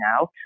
now